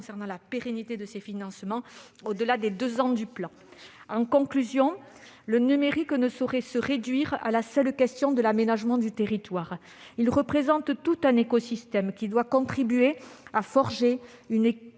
concernant la pérennité de ces financements au-delà des deux ans du plan. En conclusion, le numérique ne saurait se réduire à la seule question de l'aménagement du territoire. Il représente tout un écosystème qui doit contribuer à forger une société